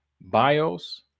BIOS